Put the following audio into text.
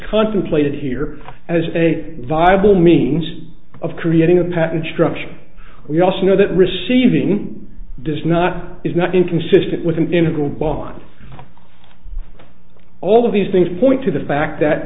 contemplated here as a viable means of creating a patent structure we also know that receiving does not is not inconsistent with an integral bond all of these things point to the fact that